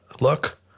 look